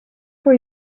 for